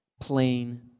plain